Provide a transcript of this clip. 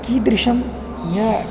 कीदृशं या